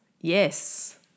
Yes